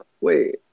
wait